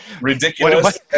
ridiculous